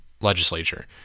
legislature